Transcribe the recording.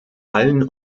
allen